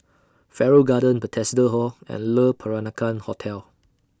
Farrer Garden Bethesda Hall and Le Peranakan Hotel